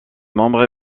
membres